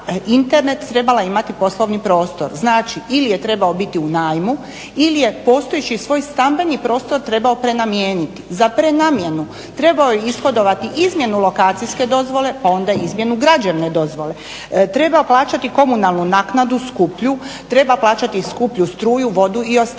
internet, trebala imati poslovni prostor, znači ili je trebao biti u najmu ili je postojeći svoj stambeni prostor trebao prenamijeniti. Za prenamjenu trebao je ishodovati izmjenu lokacijske dozvole pa onda izmjenu građevinske dozvole. Treba plaćati komunalnu naknadu skuplju, treba plaćati skuplju struju, vodu i ostalo,